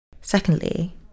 Secondly